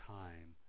time